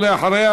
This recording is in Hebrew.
ואחריה,